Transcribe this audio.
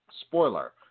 Spoiler